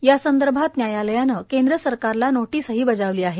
यासंदर्भात न्यायालयानं केंद्र सरकारला नोटीसही बजावली आहे